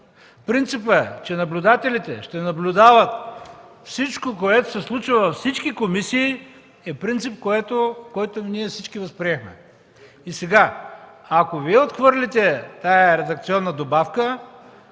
Принципът, че наблюдателите ще наблюдават всичко, което се случва във всички комисии, е принцип, който ние всички възприехме. Ако сега Вие отхвърлите тази редакционна добавка,